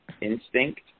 instinct